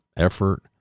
effort